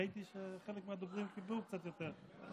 ראיתי שחלק מהדוברים קיבלו קצת יותר.